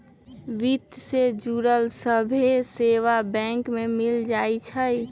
वित्त से जुड़ल सभ्भे सेवा बैंक में मिल जाई छई